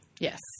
yes